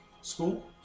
school